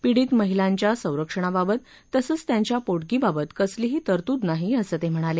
पीडित महिलांच्या संरक्षणाबाबत तसंच त्यांच्या पोटगीबाबत कसलीही तरतूद नाही असं ते म्हणाले